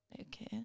Okay